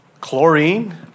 chlorine